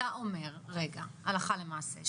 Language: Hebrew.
אתה אומר הלכה למעשה,